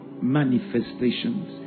manifestations